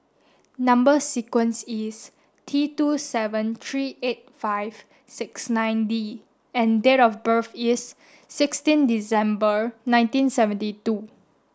number sequence is T two seven three eight five six nine D and date of birth is sixteen December nineteen seventy two